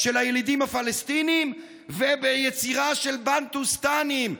של הילידים הפלסטינים וביצירה של בנטוסטנים,